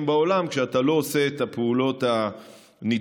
בעולם כשאתה לא עושה את הפעולות הנדרשות.